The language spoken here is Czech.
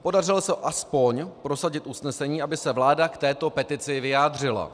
Podařilo se aspoň prosadit usnesení, aby se vláda k této petici vyjádřila.